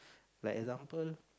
like example